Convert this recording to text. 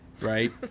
right